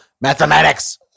mathematics